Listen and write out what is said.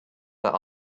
but